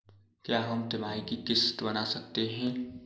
क्या हम तिमाही की किस्त बना सकते हैं?